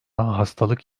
hastalık